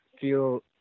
feel